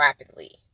rapidly